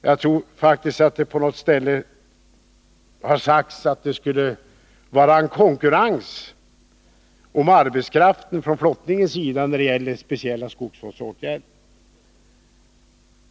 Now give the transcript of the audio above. Jag tror t.o.m. att det på något ställe har sagts att det skulle råda en konkurrens om arbetskraften från flottningens sida när det gäller speciella skogsvårdsåtgärder.